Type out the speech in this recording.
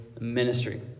ministry